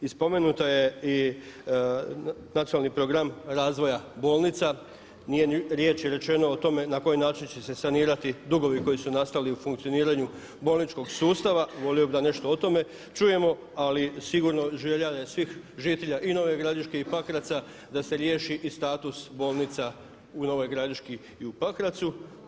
I spomenut je nacionalni program razvoja bolnica, riječ je rečeno o tome na koji način će se sanirati dugovi koji su nastali u funkcioniranju bolničkog sustava, volio bih da nešto o tome čujemo, ali sigurno želja je svih žitelja i Nove Gradiške i Pakraca da se riješi status bolnica u Novog Gradiški i u Pakracu.